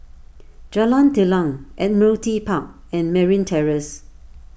Jalan Telang Admiralty Park and Merryn Terrace